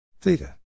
theta